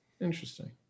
interesting